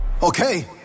Okay